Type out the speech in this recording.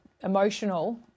emotional